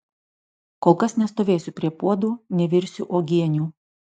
kol kas nestovėsiu prie puodų nevirsiu uogienių